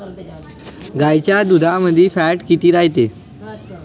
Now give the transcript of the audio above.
गाईच्या दुधामंदी फॅट किती रायते?